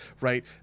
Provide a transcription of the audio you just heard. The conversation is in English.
right